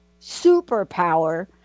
superpower